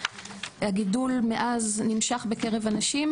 הגידול מאז נמשך בקרב הנשים,